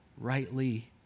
rightly